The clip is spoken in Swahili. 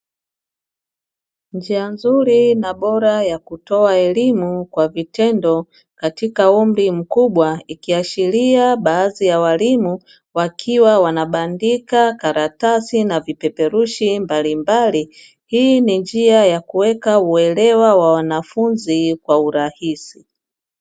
Njia nzuri na bora ya kutoa elimu Kwa vitendo katika umri mkubwa, ikiashiria baadhi ya walimu wanabandika karatasi na vipeperushi mbalimbali. Hii Ni njia ya kuweka uelewa wa wanafunzi kwa urahisi.